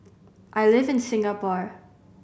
I live in Singapore